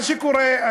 מה שקורה,